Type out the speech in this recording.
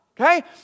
okay